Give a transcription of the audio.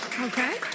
Okay